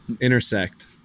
Intersect